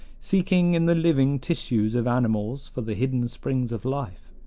seeking in the living tissues of animals for the hidden springs of life.